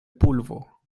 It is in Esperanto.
pulvo